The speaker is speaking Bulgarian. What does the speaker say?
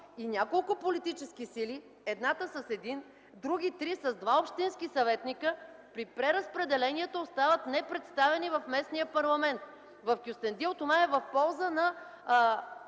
И няколко политически сили – едната с един, други три – с двама общински съветници, при преразпределението остават непредставени в местния парламент. В Кюстендил това е в полза на